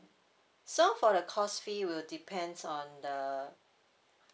so for the course fee will depends on the